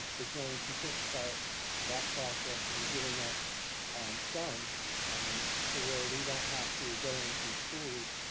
is going to kickstart that process in getting us some um to where we don't have to go into schools,